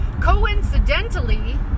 Coincidentally